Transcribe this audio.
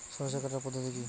সরষে কাটার পদ্ধতি কি?